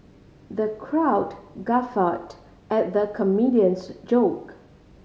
the crowd guffawed at the comedian's joke